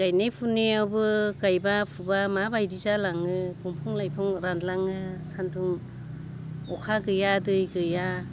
गायनाय फुनायावबो गायबा फुबा माबायदि जालाङो दंफां लाइफां रानलाङो सानदुं अखा गैया दै गैया